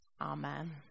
amen